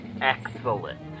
Excellent